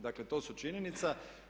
Dakle, to su činjenice.